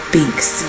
Binks